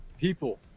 people